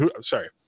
sorry